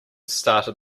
started